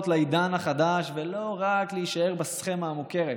לעידן החדש ולא רק להישאר בסכמה המוכרת.